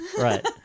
Right